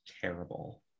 terrible